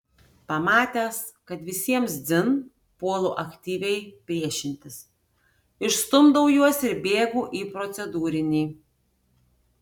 pamatęs kad visiems dzin puolu aktyviai priešintis išstumdau juos ir bėgu į procedūrinį